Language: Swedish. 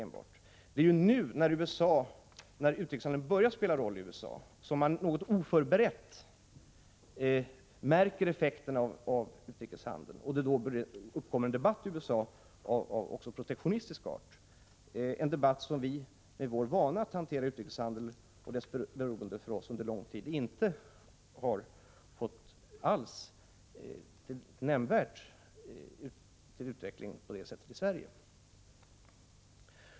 Det är ju nu när utrikeshandeln börjat spela en roll för USA som man där något oförberett märker effekterna av utrikeshandeln, och det uppstår en debatt, också av protektionistisk art, en debatt som vi, med vår vana vid att hantera utrikeshandeln och dess betydelse under lång tid, inte har nämnvärt utvecklat i Sverige.